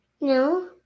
No